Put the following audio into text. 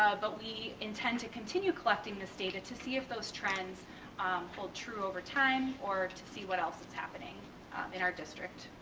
ah but we intend to continue collecting this data to see if those trends hold true over time or to see what else is happening in our district,